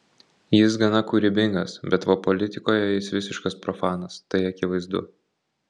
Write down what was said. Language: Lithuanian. jis gana kūrybingas bet va politikoje jis visiškas profanas tai akivaizdu